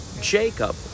Jacob